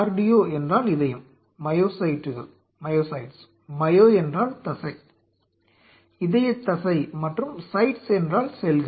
cardio என்றால் இதயம் மையோசைட்டுகள் மையோ என்றால் தசை இதயத்தசை மற்றும் சைட்ஸ் என்றால் செல்கள்